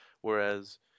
whereas